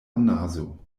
anaso